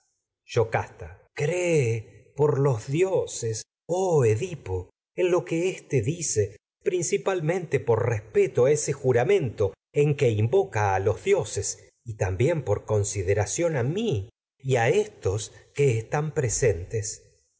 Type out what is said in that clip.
yocasta cree por los dioses por oh edipo en lo que a ese éste dice principalmente invoca a los dioses a respeto juramento en que y también por consideración a mi y estos que están presentes